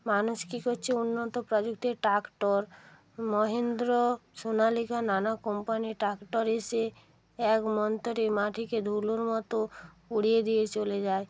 মানুষ কী করছে উন্নত প্রযুক্তির ট্রাক্টর মহেন্দ্র সোনালিকা নানা কোম্পানি ট্রাক্টর এসে এক মন্তরেই মাটিকে ধুলোর মতো উড়িয়ে দিয়ে চলে যায়